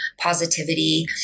positivity